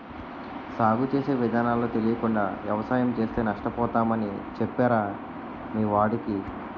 సాగు చేసే విధానాలు తెలియకుండా వ్యవసాయం చేస్తే నష్టపోతామని చెప్పరా మీ వాడికి